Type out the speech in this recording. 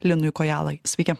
linui kojalai sveiki